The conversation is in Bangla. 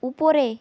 উপরে